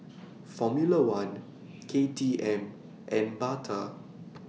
Formula one K T M and Bata